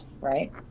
right